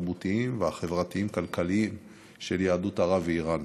התרבותיים והחברתיים-כלכליים של יהדות ערב ואיראן.